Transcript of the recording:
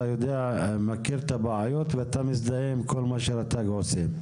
אתה מכיר את הבעיות ואתה מזדהה עם כל מה שרט"ג עושים?